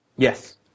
Yes